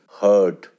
hurt